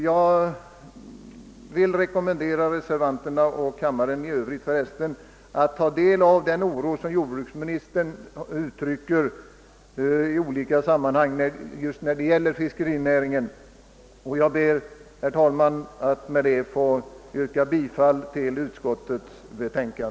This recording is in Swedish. Jag vill rekommendera reservanterna och även kammarens ledamöter i övrigt att ta del av den oro som jordbruksministern i olika sammanhang uttryckt när det gäller fiskerinäringen. Med detta, herr talman, ber jag att få yrka bifall till utskottets hemställan.